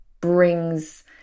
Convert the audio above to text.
brings